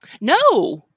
no